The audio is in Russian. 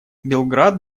белград